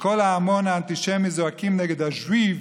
וכל ההמון האנטישמי זועקים נגד ה-juifs,